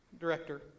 director